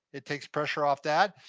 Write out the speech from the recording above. it takes pressure off that.